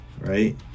right